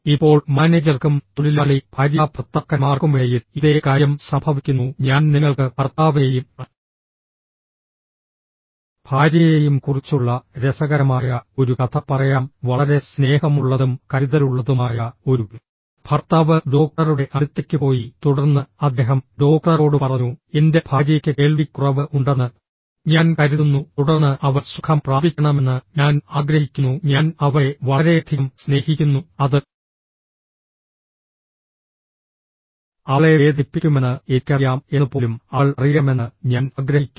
ഇപ്പോൾ മാനേജർക്കും തൊഴിലാളി ഭാര്യാഭർത്താക്കന്മാർക്കുമിടയിൽ ഇതേ കാര്യം സംഭവിക്കുന്നു ഞാൻ നിങ്ങൾക്ക് ഭർത്താവിനെയും ഭാര്യയെയും കുറിച്ചുള്ള രസകരമായ ഒരു കഥ പറയാം വളരെ സ്നേഹമുള്ളതും കരുതലുള്ളതുമായ ഒരു ഭർത്താവ് ഡോക്ടറുടെ അടുത്തേക്ക് പോയി തുടർന്ന് അദ്ദേഹം ഡോക്ടറോട് പറഞ്ഞു എന്റെ ഭാര്യയ്ക്ക് കേൾവിക്കുറവ് ഉണ്ടെന്ന് ഞാൻ കരുതുന്നു തുടർന്ന് അവൾ സുഖം പ്രാപിക്കണമെന്ന് ഞാൻ ആഗ്രഹിക്കുന്നു ഞാൻ അവളെ വളരെയധികം സ്നേഹിക്കുന്നു അത് അവളെ വേദനിപ്പിക്കുമെന്ന് എനിക്കറിയാം എന്ന് പോലും അവൾ അറിയണമെന്ന് ഞാൻ ആഗ്രഹിക്കുന്നില്ല